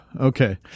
okay